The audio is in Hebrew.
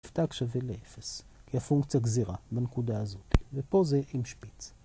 f טאג שווה ל-0, כי הפונקציה ‫גזירה בנקודה הזאת, ופה זה עם שפיץ.